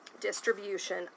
distribution